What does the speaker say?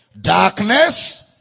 Darkness